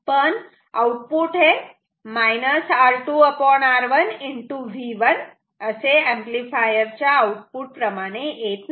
पण आउटपुट हे R2R1 V1 असे एंपलीफायर च्या आऊटपुट प्रमाणे येत नाही